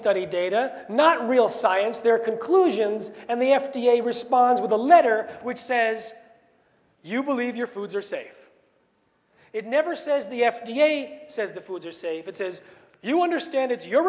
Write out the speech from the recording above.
study data not real science their conclusions and the f d a responds with a letter which says you believe your foods are safe it never says the f d a says the foods are safe it says you understand it's your